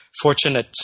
Fortunate